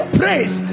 praise